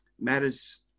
matters